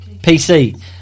PC